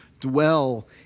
dwell